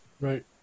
Right